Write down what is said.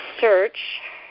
search